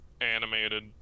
animated